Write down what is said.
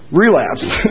relapsed